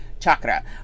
Chakra